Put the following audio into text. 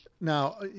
now